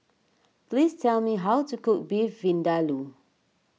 please tell me how to cook Beef Vindaloo